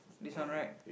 this one right